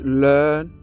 learn